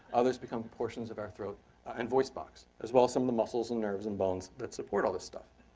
others become portions of our throat and voice box, as well as some of the muscles, and nerves, and bones that support all this stuff.